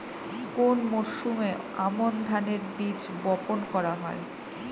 কোন মরশুমে আমন ধানের বীজ বপন করা হয়?